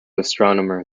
astronomer